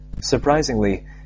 Surprisingly